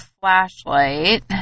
flashlight